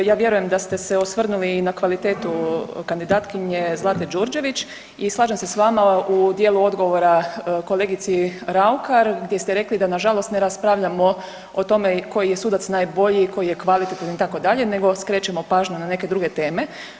Ja vjerujem da ste se osvrnuli i na kvalitetu kandidatkinje Zlate Đurđević i slažem se s vama u dijelu odgovora kolegici Raukar gdje ste rekli da na žalost ne raspravljamo o tome koji je sudac najbolji i koji je kvalitetan itd., nego skrećemo pažnju na neke druge teme.